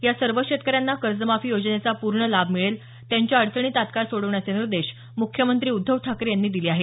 या सर्व शेतकऱ्यांना कर्जमाफी योजनेचा पूर्ण लाभ मिळेल त्यांच्या अडचणी तत्काळ सोडवण्याचे निर्देश मुख्यमंत्री उद्धव ठाकरे यांनी दिले आहेत